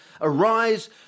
Arise